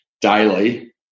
daily